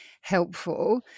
helpful